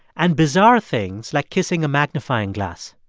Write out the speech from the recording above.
and bizarre things, like kissing a magnifying glass.